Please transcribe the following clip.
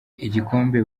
igikombe